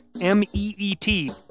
M-E-E-T